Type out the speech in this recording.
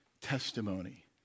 testimony